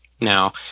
Now